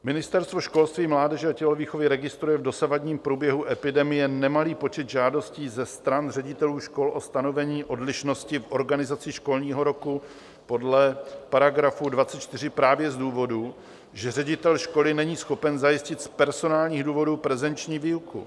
Ministerstvo školství, mládeže a tělovýchovy registruje v dosavadním průběhu epidemie nemalý počet žádostí ze stran ředitelů škol o stanovení odlišnosti v organizaci školního roku podle § 24 právě z důvodu, že ředitel školy není schopen zajistit z personálních důvodů prezenční výuku.